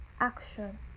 action